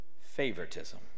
favoritism